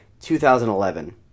2011